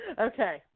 Okay